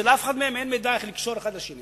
שלאף אחד מהם אין מידע איך לקשור אחד לשני